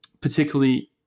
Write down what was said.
particularly